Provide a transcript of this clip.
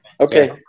Okay